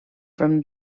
from